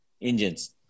engines